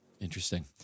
Interesting